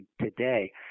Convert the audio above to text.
today